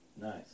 Nice